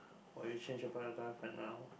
what will you change about your life like now